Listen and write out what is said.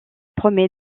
promet